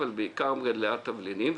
אבל בעיקר מגדלי התבלינים.